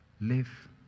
live